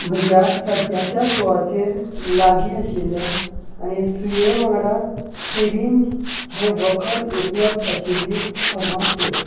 म्हज्या सद्याच्या सुवातेर लागीं आशिल्ले आनी सुये वांगडा सिरिंज हें वखद उपलब्ध आशिल्ली फार्मास सोद